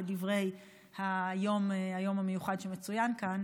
כדברי היום המיוחד שמצוין כאן,